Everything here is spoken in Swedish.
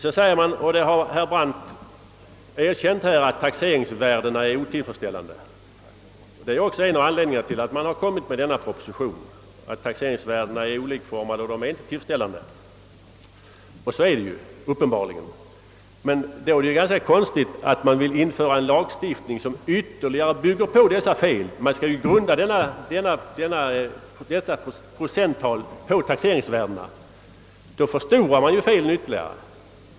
Herr Brandt har erkänt att taxeringsvärdena är otillfredsställande. Det är också en av orsakerna till att denna proposition lagts fram. Då är det emellertid underligt att man vill införa en lagstiftning som ytterligare bygger på dessa fel, eftersom man skall grunda procenttalet på taxeringsvärdena. Men då förstoras ju felen ytterligare.